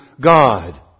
God